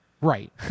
Right